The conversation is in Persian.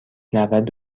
نود